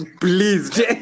please